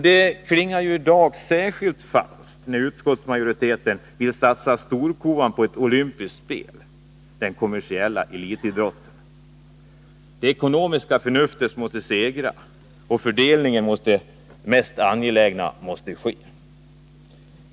Det klingar i dag särskilt falskt när utskottsmajoriteten vill satsa storkovan på ett olympiskt spel och den kommersiella elitidrotten. Det ekonomiska förnuftet måste segra, och en fördelning till det mest angelägna måste ske.